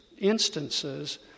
instances